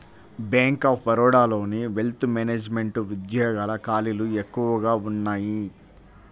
bank of బరోడాలోని wealth management ఉద్యోగాల ఖాళీలు ఎక్కువగా ఉన్నయ్యి